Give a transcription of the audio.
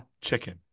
chicken